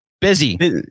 Busy